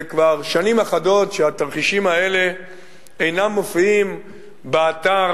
זה כבר שנים אחדות שהתרחישים האלה אינם מופיעים באתר